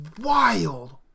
wild